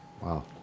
Wow